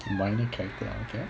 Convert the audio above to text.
minor character okay